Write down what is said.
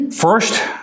First